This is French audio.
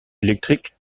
électrique